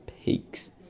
peaks